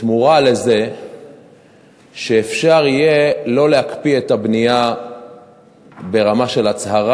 בתמורה לכך אפשר יהיה לא להקפיא את הבנייה ברמה של הצהרה